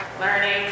learning